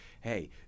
hey